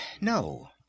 no